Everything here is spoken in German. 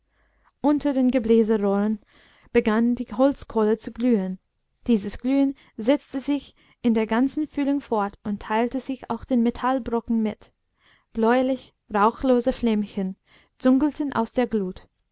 unter den gebläserohren begann die holzkohle zu glühen dieses glühen setzte sich in der ganzen füllung fort und teilte sich auch den metallbrocken mit bläuliche rauchlose flämmchen züngelten aus der glut